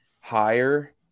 higher